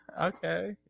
okay